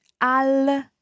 Al